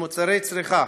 במוצרי צריכה,